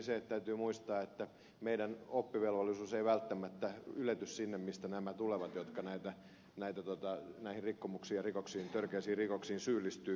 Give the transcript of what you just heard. ensinnäkin täytyy muistaa että meidän oppivelvollisuus ei välttämättä ylety sinne mistä nämä henkilöt tulevat jotka näihin rikkomuksiin ja rikoksiin törkeisiin rikoksiin syyllistyvät